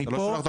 כבדות.